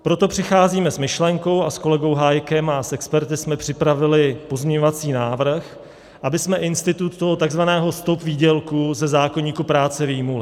Proto přicházíme s myšlenkou, a s kolegou Hájkem a s experty jsme připravili pozměňovací návrh, abychom institut toho takzvaného stop výdělku ze zákoníku práce vyjmuli.